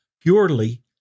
purely